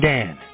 Dan